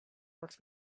works